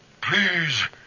Please